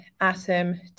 Atom